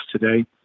today